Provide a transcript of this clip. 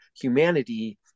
humanity